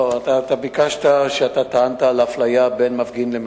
לא, אתה טענת לאפליה בין מפגין למפגין.